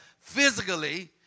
physically